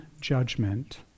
judgment